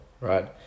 right